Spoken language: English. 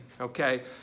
Okay